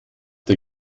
der